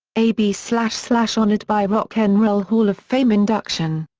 a b slash slash honoured by rock n roll hall of fame induction.